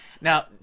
Now